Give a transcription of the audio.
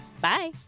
Bye